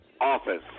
office